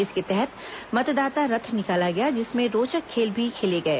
इसके तहत मतदाता रथ निकाला गया जिसमें रोचक खेल भी खेले गए